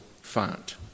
font